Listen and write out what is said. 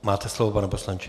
Máte slovo, pane poslanče.